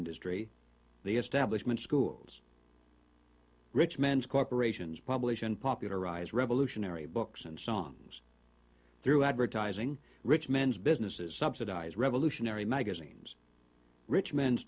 industry the establishment schools richmond's corporations publish and popularize revolutionary books and songs through advertising rich men's businesses subsidize revolutionary magazines richmond's